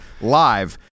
live